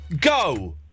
go